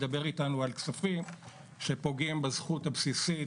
מדבר איתנו על כספים שפוגעים בזכות הבסיסית